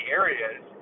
areas